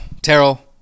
Terrell